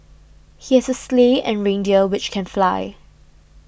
he has a sleigh and reindeer which can fly